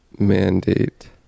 mandate